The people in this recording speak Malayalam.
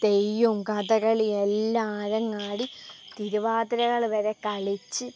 തെയ്യവും കഥകളിയും എല്ലാം അരങ്ങാടി തരുവാതിരക്കൾ വരെ കളിച്ച്